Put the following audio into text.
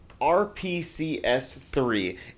rpcs3